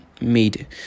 made